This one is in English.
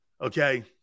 Okay